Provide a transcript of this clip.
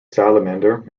salamander